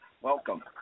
welcome